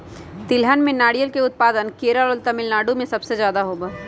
तिलहन में नारियल के उत्पादन केरल और तमिलनाडु में सबसे ज्यादा होबा हई